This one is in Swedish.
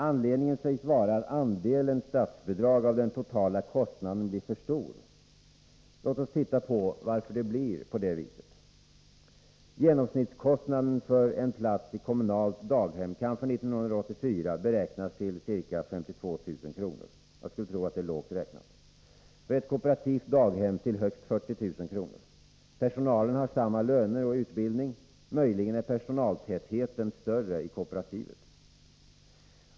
Anledningen sägs vara att andelen statsbidrag av den totala kostnaden blir för stor. Låt oss titta på varför det blir på det viset. Genomsnittskostnaden för en plats i kommunalt daghem kan för 1984 beräknas till ca 52 000 kr. — jag skulle tro att det är lågt räknat — och för ett kooperativt daghem till högst 40 000 kr. Personalen har samma löner och samma utbildning. Möjligen är personaltätheten större i kooperativet.